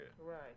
Right